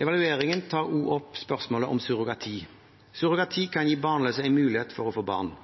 Evalueringen tar også opp spørsmålet om surrogati. Surrogati kan gi barnløse en mulighet for å få barn.